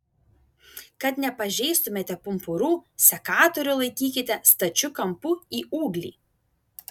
kad nepažeistumėte pumpurų sekatorių laikykite stačiu kampu į ūglį